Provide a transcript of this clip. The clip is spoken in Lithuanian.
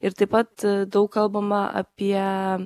ir taip pat daug kalbama apie